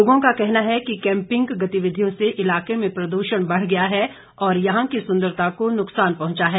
लोगों का कहना है कि कैम्पिंग गतिविधियों से इलाके में प्रद्षण बढ़ गया है और यहां की सुंदरता को नुक्सान पहुंचा है